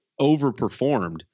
overperformed